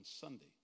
Sunday